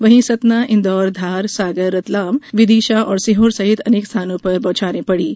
वहीं सतना इंदौर धार सागर रतलाम विदिशा और सीहोर सहित अनेक स्थानों पर बौछारे पड़ीं